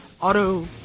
auto